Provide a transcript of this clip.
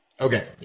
Okay